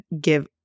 give